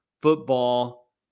football